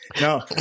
No